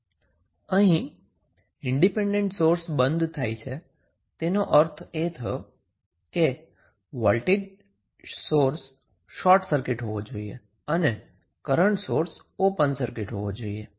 અહીં independent source બંધ થાય છે તેનો અર્થ એ થયો કે વોલ્ટેજ સોર્સ શોર્ટ સર્કિટ હોવો જોઈએ અને કરન્ટ સોર્સ ઓપન સર્કિટ હોવો જોઈએ